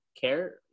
care